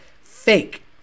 fake